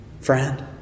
Friend